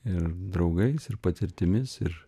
ir draugais ir patirtimis ir